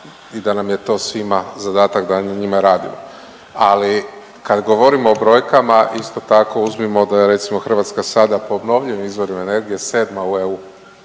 i da nam je to svima zadatak da na njima radimo, ali kad govorimo o brojkama isto tako uzmimo da je recimo Hrvatska sada po obnovljivim izvorima energije 7. u EU